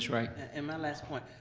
wright? and my last point.